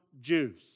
Jews